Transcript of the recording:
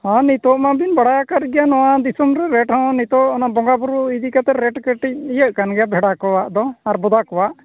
ᱦᱮᱸ ᱱᱤᱛᱚᱜ ᱢᱟᱵᱤᱱ ᱵᱟᱲᱟᱭ ᱟᱠᱟᱫ ᱜᱮᱭᱟ ᱱᱚᱣᱟ ᱫᱤᱥᱚᱢᱨᱮ ᱨᱮᱹᱴᱦᱚᱸ ᱱᱤᱛᱚᱜ ᱚᱱᱟ ᱵᱚᱸᱜᱟᱵᱩᱨᱩ ᱤᱫᱤ ᱠᱟᱛᱮᱫ ᱨᱮᱹᱴ ᱠᱟᱹᱴᱤᱡ ᱤᱭᱟᱹᱜ ᱠᱟᱱᱜᱮᱭᱟ ᱵᱷᱮᱰᱟ ᱠᱚᱣᱟᱜᱫᱚ ᱟᱨ ᱵᱚᱫᱟ ᱠᱚᱣᱟᱜ